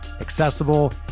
accessible